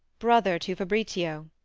brother to fabritio.